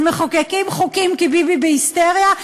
אז מחוקקים חוקים כי ביבי בהיסטריה?